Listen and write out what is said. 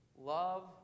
love